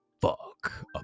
fuck